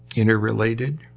interrelated,